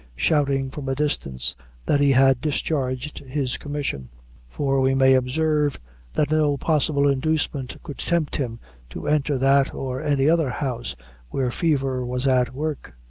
shouting from a distance that he had discharged his commission for we may observe that no possible inducement could tempt him to enter that or any other house where fever was at work.